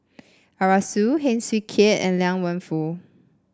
Arasu Heng Swee Keat and Liang Wenfu